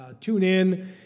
TuneIn